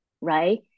right